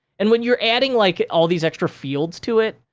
and when you're adding, like, all these extra fields to it,